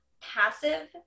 passive